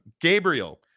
Gabriel